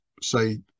say